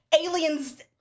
alien's